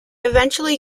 eventually